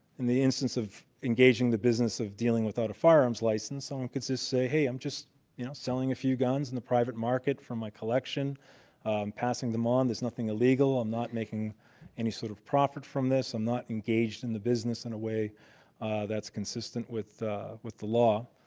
in the instance of engaging the business of dealing without a firearms license, someone um could say hey, i'm just you know selling a few guns in the private market from my collection. i'm passing them on. there's nothing illegal. i'm not making any sort of profit from this. i'm not engaged in the business in a way that's consistent with the with the law.